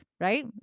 right